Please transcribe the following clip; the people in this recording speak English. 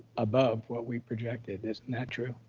above what we projected. isn't that true?